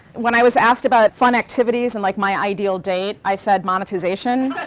when i was asked about fun activities and like my ideal date, i said monetization